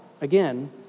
Again